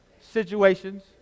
situations